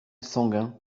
sanguin